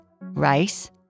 rice